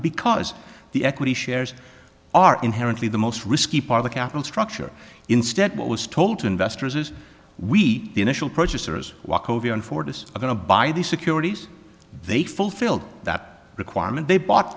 because the equity shares are inherently the most risky part of capital structure instead what was told to investors is we the initial purchasers walk over and ford is going to buy these securities they fulfilled that requirement they bought